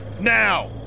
now